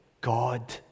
God